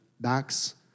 backs